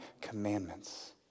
commandments